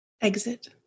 Exit